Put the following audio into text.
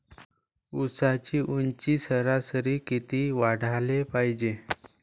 ऊसाची ऊंची सरासरी किती वाढाले पायजे?